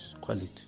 quality